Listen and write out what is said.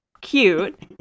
cute